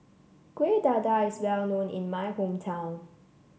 Kuih Dadar is well known in my hometown